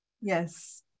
Yes